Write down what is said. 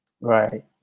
right